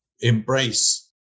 embrace